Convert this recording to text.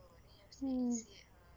mm